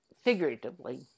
figuratively